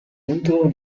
nutrono